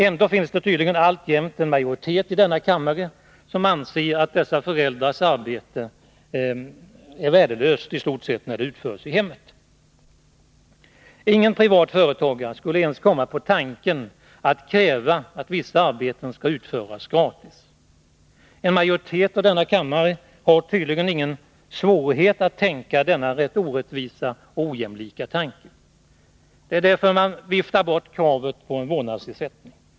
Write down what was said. Ändå finns det tydligen alltjämt en majoritet i denna kammare som anser att dessa föräldrars arbete är i stort sett värdelöst när det utförs i hemmet. Ingen privat företagare skulle ens komma på tanken att kräva att vissa arbeten skall utföras gratis. En majoritet av denna kammare har tydligen ingen svårighet att tänka denna ganska orättvisa och ojämlika tanke. Det är därför som man viftar bort kravet på en vårdnadsersättning.